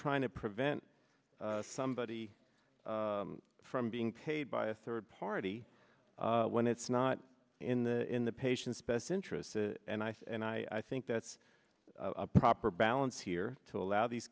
trying to prevent somebody from being paid by a third party when it's not in the in the patient's best interests and ice and i think that's a proper balance here to allow these